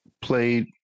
played